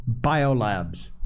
biolabs